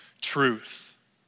truth